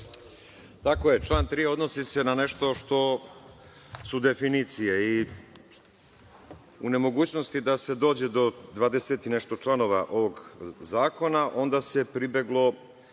Dakle, član 3. odnosi se na nešto što su definicije. U nemogućnosti da se dođe do 20 i nešto članova ovog zakona, onda se pribeglo